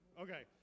Okay